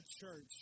church